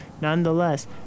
Nonetheless